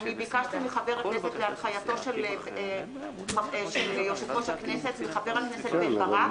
אני ביקשתי בהנחייתו של יושב-ראש הכנסת מחבר הכנסת בן-ברק